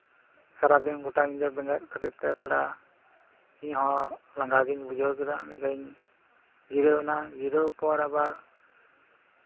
ᱥᱟᱨᱟᱫᱤᱱ ᱜᱳᱴᱟ ᱧᱤᱫᱟᱹ ᱵᱮᱸᱜᱮᱫ ᱠᱷᱟᱹᱛᱤᱨᱛᱮ ᱛᱷᱚᱲᱟ ᱤᱧᱦᱚᱸ ᱞᱟᱸᱜᱟ ᱜᱤᱧ ᱵᱩᱡᱷᱟᱹᱣ ᱠᱮᱫᱟ ᱢᱤᱫ ᱜᱷᱟᱹᱲᱤᱡ ᱤᱧ ᱡᱤᱨᱟᱹᱣ ᱮᱱᱟ ᱡᱤᱨᱟᱹᱣ ᱯᱚᱨ ᱟᱵᱟᱨ